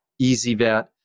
EasyVet